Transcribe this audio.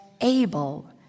able